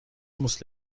muss